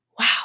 Wow